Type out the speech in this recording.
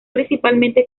principalmente